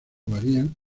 varían